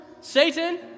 Satan